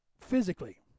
physically